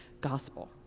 gospel